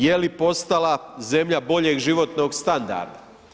Je li postala zemlja boljeg životnog standarda?